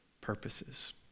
purposes